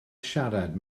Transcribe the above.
siarad